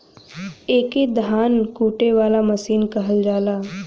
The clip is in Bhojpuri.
एके धान कूटे वाला मसीन कहल जाला